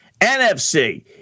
NFC